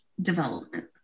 development